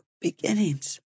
beginnings